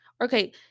Okay